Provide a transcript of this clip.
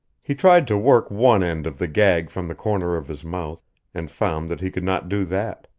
he tried to work one end of the gag from the corner of his mouth and found that he could not do that.